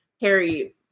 Harry